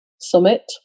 Summit